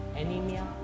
anemia